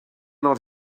not